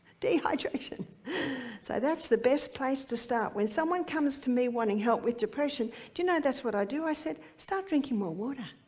dehydration, so that's the best place to start. when someone comes to me wanting help with depression do you know that's what i do i said, start drinking more water.